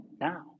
now